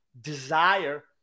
desire